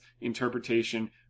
interpretation